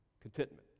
contentment